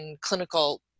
clinical